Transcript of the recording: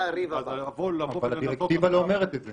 אבל הדירקטיבה לא אומרת את זה.